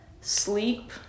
sleep